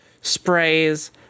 sprays